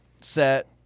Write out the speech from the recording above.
set